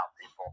people